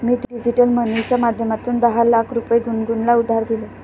मी digital मनीच्या माध्यमातून दहा लाख रुपये गुनगुनला उधार दिले